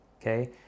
Okay